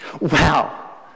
Wow